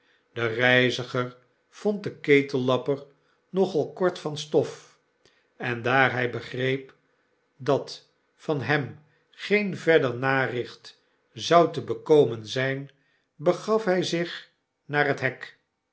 de reiziger vond den ketellapper nogal kort van stof en daar hy begreep dat van hem geen verder naricht zou te bekomen zyn begaf hy zich naar het hek